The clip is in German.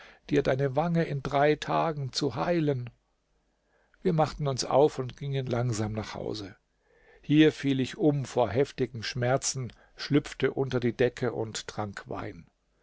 dir deine wange in drei tagen zu heilen wir machten uns auf und gingen langsam nach hause hier fiel ich um vor heftigen schmerzen schlüpfte unter die decke und trank wein